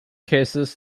cases